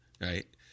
right